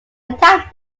attacked